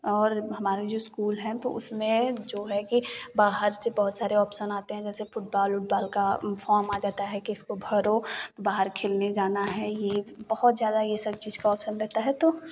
और हमारा जो स्कूल है तो उसमें जो है कि बाहर से बहुत सारे ऑप्शन आते हैं जैसे फुटबॉल वुटबॉल का फोम आ जाता है कि इसको भरो बाहर खेलने जाना है ये बहुत ज़्यादा ये सब चीज का ऑप्शन रहता है तो